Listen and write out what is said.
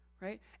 right